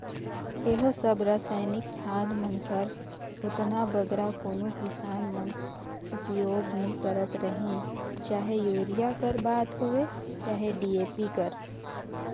इहों सब रसइनिक खाद मन कर ओतना बगरा कोनो किसान मन उपियोग नी करत रहिन चहे यूरिया कर बात होए चहे डी.ए.पी कर